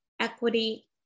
equity